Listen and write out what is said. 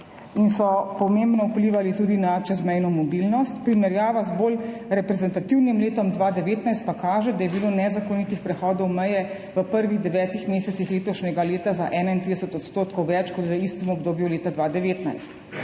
in so pomembno vplivali tudi na čezmejno mobilnost. Primerjava z bolj reprezentativnim letom 2019 pa kaže, da je bilo nezakonitih prehodov meje v prvih devetih mesecih letošnjega leta za 31 % več kot v istem obdobju leta 2019.